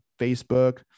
Facebook